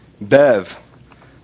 Bev